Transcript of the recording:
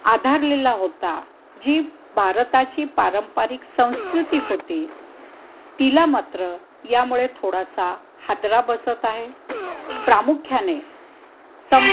आधारलेला होता जी भारताची पारंपरिक संस्कृती होती तिला मात्र यामुळे थोडासा हादरा बसत आहे प्रामुख्याने संपूर्ण